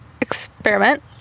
experiment